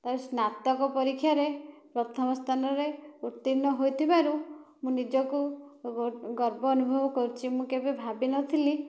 ତାପରେ ସ୍ନାତକ ପରୀକ୍ଷାରେ ପ୍ରଥମ ସ୍ଥାନରେ ଉତ୍ତୀର୍ଣ୍ଣ ହୋଇଥିବାରୁ ମୁଁ ନିଜକୁ ଗର୍ବ ଅନୁଭବ କରୁଛି ମୁଁ କେବେ ଭାବିନଥିଲି